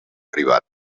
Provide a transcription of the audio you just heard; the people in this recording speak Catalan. privat